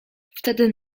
wtedy